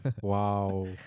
Wow